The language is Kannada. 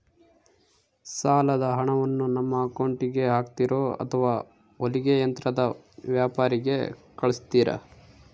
ಸಾಲದ ಹಣವನ್ನು ನಮ್ಮ ಅಕೌಂಟಿಗೆ ಹಾಕ್ತಿರೋ ಅಥವಾ ಹೊಲಿಗೆ ಯಂತ್ರದ ವ್ಯಾಪಾರಿಗೆ ಕಳಿಸ್ತಿರಾ?